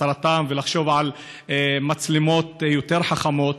הסרתן ולחשוב על מצלמות יותר חכמות,